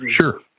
sure